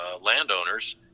landowners